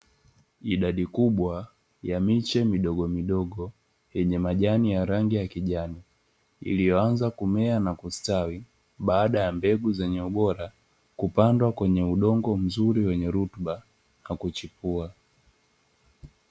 Idadi kubwa ya miche midogomidogo yenye majani ya rangi ya kijani, iliyoanza kumea na kustawi baada ya mbegu zenye bora kupandwa kwenye udongo mzuri wenye rutuba na kuchipua.